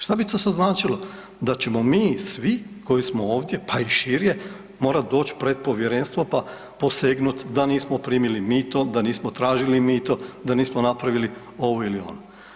Šta bi to sad značilo, da bismo mi svi koji smo ovdje, pa i šire morat doći pred povjerenstvo pa posegnut da nismo primili mito, da nismo tražili mito, da nismo napravili ovo ili ono.